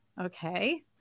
Okay